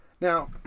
Now